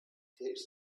takes